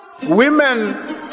Women